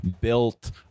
built